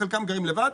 חלקם גרים לבד.